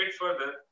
further